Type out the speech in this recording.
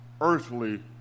earthly